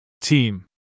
team